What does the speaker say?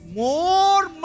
more